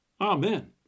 Amen